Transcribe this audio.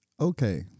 Okay